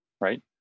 Right